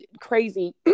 crazy